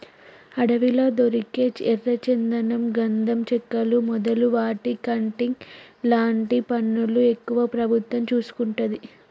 అడవిలా దొరికే ఎర్ర చందనం గంధం చెక్కలు మొదలు వాటి కటింగ్ లాంటి పనులు ఎక్కువ ప్రభుత్వం చూసుకుంటది